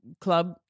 Club